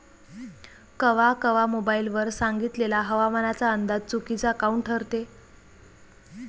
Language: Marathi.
कवा कवा मोबाईल वर सांगितलेला हवामानाचा अंदाज चुकीचा काऊन ठरते?